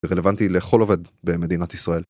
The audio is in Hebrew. זה רלוונטי לכל עובד במדינת ישראל.